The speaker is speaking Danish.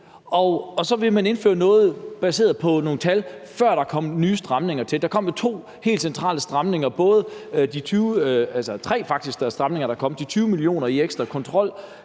Og så vil man indføre noget, der er baseret på nogle tal, fra før der kom nye stramninger. Der kom jo to helt centrale stramninger; der er faktisk kommet tre stramninger